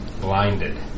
blinded